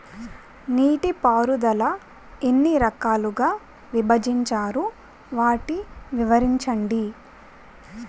నీటిపారుదల ఎన్ని రకాలుగా విభజించారు? వాటి వివరించండి?